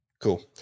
cool